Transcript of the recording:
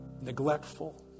neglectful